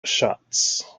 shots